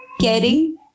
caring